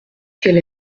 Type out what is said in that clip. qu’elle